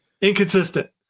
Inconsistent